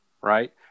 right